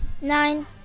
Nine